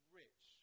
rich